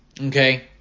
Okay